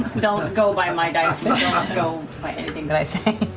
don't go by my dice, don't go by anything that i say.